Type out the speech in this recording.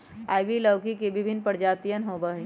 ivy लौकी के विभिन्न प्रजातियन होबा हई